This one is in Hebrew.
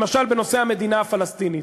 למשל בנושא המדינה הפלסטינית,